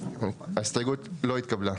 ההסתייגות לא התקבלה.